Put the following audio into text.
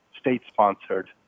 state-sponsored